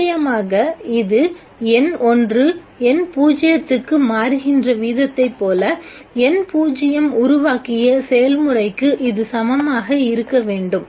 நிச்சயமாக இது N1 N0 க்கு மாறுகின்ற வீதத்தைப் போல N0 உருவாக்கிய செயல்முறைக்கு இது சமமாக இருக்க வேண்டும்